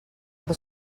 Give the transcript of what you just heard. por